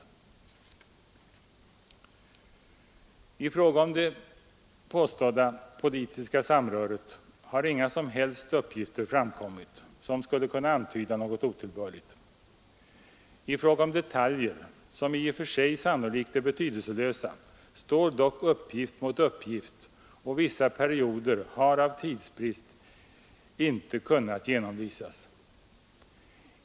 I fråga om det påstådda politiska samröret har inga som helst uppgifter framkommit som skulle kunna antyda något otillbörligt. När det gäller detaljer, som i och för sig sannolikt är betydelselösa, står dock uppgift mot uppgift, och vissa perioder har av tidsbrist inte kunnat genomlysas.